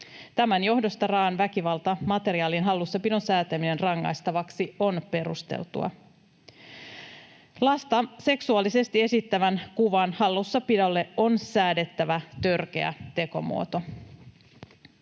Tämän johdosta raa’an väkivaltamateriaalin hallussapidon säätäminen rangaistavaksi on perusteltua. Lasta seksuaalisesti esittävän kuvan hallussapidolle on säädettävä törkeä tekomuoto.